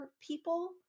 people